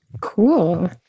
Cool